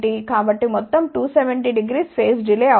కాబట్టి మొత్తం 2700 phase delay అవుతుంది